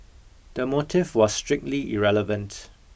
the motive was strictly irrelevant